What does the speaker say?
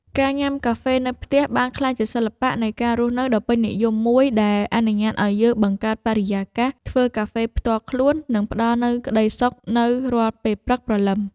ការញ៉ាំកាហ្វេនៅផ្ទះ បានក្លាយជាសិល្បៈនៃការរស់នៅដ៏ពេញនិយមមួយ ដែលអនុញ្ញាតឱ្យយើងបង្កើតបរិយាកាសធ្វើកាហ្វេផ្ទាល់ខ្លួន និងផ្ដល់នូវក្ដីសុខនៅរាល់ពេលព្រឹកព្រលឹម។